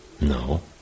no